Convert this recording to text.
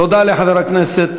תודה לחבר הכנסת